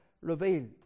revealed